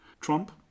Trump